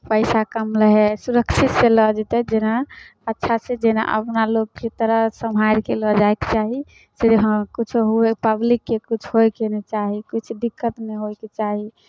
पैसा कम लै हइ सुरक्षितसँ लऽ जेतै जेना अच्छासँ जेना अपना लोकके तरह सम्हारि कऽ लऽ जायके चाही से हँ किछो होय पब्लिककेँ किछु होयके नहि चाही किछु दिक्कत नहि होयके चाही